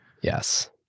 Yes